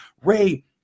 Ray